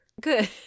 good